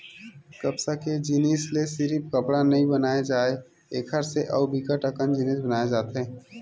कपसा के जिनसि ले सिरिफ कपड़ा नइ बनाए जाए एकर से अउ बिकट अकन जिनिस बनाए जाथे